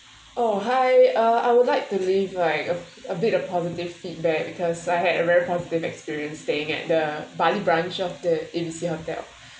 oh hi uh I would like to leave like a a bit of positive feedback because I had a very positive experience staying at the bali branch of the A B C hotel